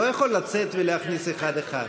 עוד מעט,